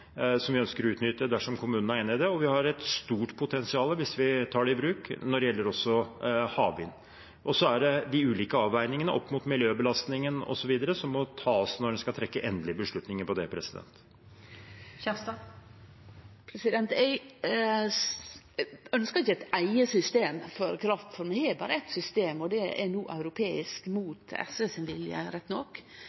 som vi ønsker å utnytte, dersom kommunene er enige i det. Vi har et stort potensial når det gjelder havvind også, hvis vi tar det i bruk. Så er det de ulike avveiningene, mot miljøbelastning osv., som må tas når en skal fatte endelige beslutninger om det. Eg ønskjer ikkje eit eige system for kraft, for vi har berre eitt system, og det er no europeisk